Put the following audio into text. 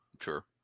Sure